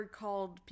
called